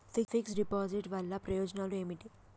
Fix డ్ deposit వల్ల ప్రయోజనాలు ఏమిటి?